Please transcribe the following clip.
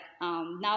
now